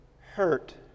hurt